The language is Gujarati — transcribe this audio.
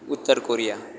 ઉત્તર કોરિયા